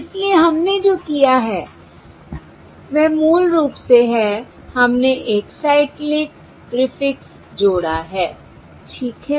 इसलिए हमने जो किया है वह मूल रूप से है हमने एक साइक्लिक प्रीफिक्स जोड़ा है ठीक है